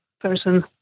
person